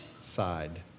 side